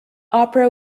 opera